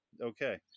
Okay